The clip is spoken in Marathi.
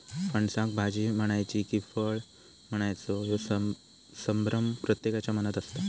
फणसाक भाजी म्हणायची कि फळ म्हणायचा ह्यो संभ्रम प्रत्येकाच्या मनात असता